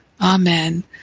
Amen